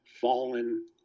fallen